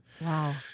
Wow